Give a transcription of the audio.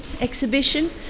exhibition